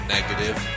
Negative